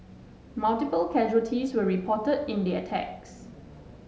multiple casualties were reported in the attacks